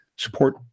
support